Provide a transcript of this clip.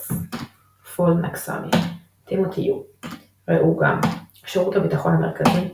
רוג'רס פול נקאסוני טימותי יו ראו גם שירות הביטחון המרכזי